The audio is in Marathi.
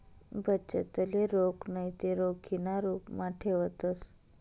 बचतले रोख नैते रोखीना रुपमा ठेवतंस